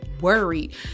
worried